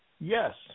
yes